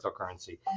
cryptocurrency